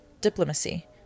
diplomacy